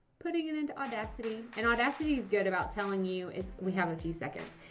putting it into audacity. and audacity is good about telling you if. we have a few seconds.